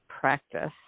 practice